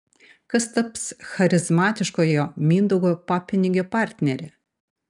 kas taps charizmatiškojo mindaugo papinigio partnere